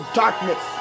darkness